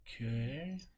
Okay